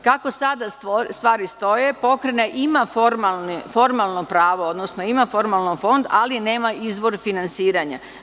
Kako sada stvari stoje, pokrajina ima formalno pravo, odnosno ima formalno fond, ali nema izvor finansiranja.